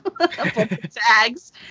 Tags